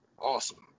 awesome